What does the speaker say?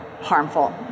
harmful